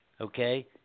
okay